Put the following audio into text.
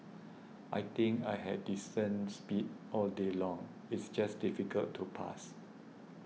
I think I had decent speed all day long it's just difficult to pass